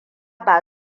ba